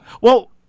Well-